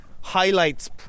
highlights